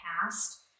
past